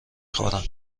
خورم